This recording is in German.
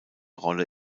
rolle